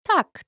Tak